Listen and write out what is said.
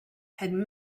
had